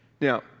Now